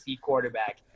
quarterback